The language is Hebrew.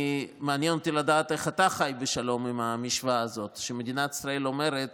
מעניין אותי לדעת איך אתה חי בשלום עם המשוואה הזאת שמדינת ישראל אומרת